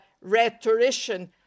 rhetorician